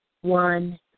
one